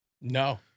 No